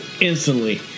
instantly